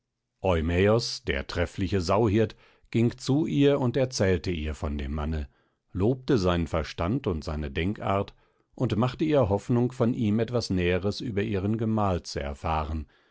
der treffliche sauhirt ging zu ihr und erzählte ihr von dem manne lobte seinen verstand und seine denkart und machte ihr hoffnung von ihm etwas näheres über ihren gemahl zu erfahren